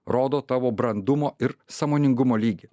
rodo tavo brandumo ir sąmoningumo lygį